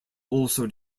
also